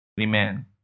amen